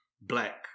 black